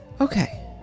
Okay